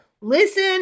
listen